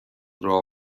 راه